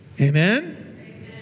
Amen